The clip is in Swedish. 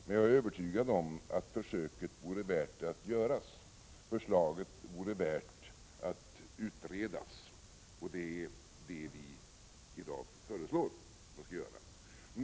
Men jag är övertygad om att försöket vore värt att göra. Förslaget vore värt att utreda, och det är det som vi i dag föreslår.